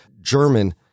German